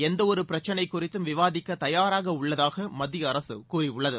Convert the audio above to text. எந்தவொரு பிரச்சினை குறித்தும் விவாதிக்க தயாராக உள்ளதாக மத்திய அரசு கூறியுள்ளது